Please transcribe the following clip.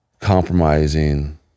compromising